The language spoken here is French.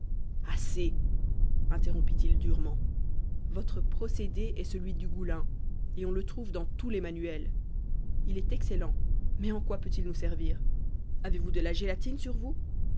assez interrompit-il durement votre procédé est celui d'hugoulin et on le trouve dans tous les manuels il est excellent mais en quoi peut-il nous servir avez-vous de la gélatine sur vous